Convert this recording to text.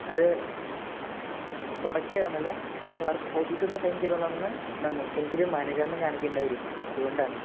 അത് ആ പ്രോഡക്ട് ഏതാണെന്നല്ല സാർ ഓഫീസില് നിന്ന് സൈൻ ചെയ്തുകൊള്ളാമെന്ന് എനിക്കിത് മാനേജറിനെ കാണിക്കേണ്ടി വരും അതുകൊണ്ടാണ്